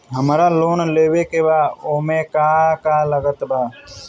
हमरा लोन लेवे के बा ओमे का का लागत बा?